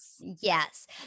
Yes